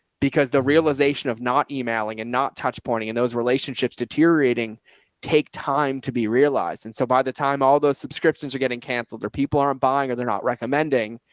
because the realization of not emailing and not touch pointing and those relationships deteriorating take time to be realized. and so by the time all those subscriptions are getting canceled or people aren't buying, or they're not recommending,